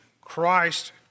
Christ